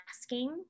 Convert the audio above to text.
asking